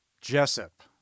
Jessup